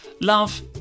Love